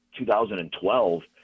2012